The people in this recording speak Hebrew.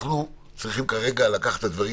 אנחנו צריכים כרגע לקחת את הדברים